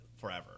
forever